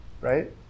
right